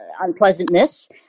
unpleasantness